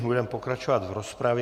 Budeme pokračovat v rozpravě.